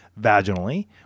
vaginally